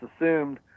assumed